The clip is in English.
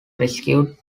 rescued